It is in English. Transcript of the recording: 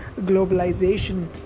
globalization